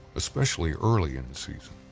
especially early in the season.